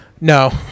No